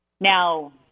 Now